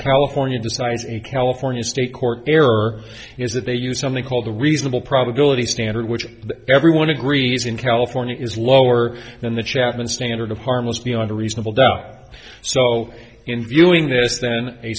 california decides in california state court error is that they use something called a reasonable probability standard which everyone agrees in california is lower than the chapman standard of harmless beyond a reasonable doubt so in viewing this then a